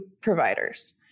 providers